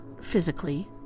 physically